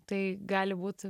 tai gali būt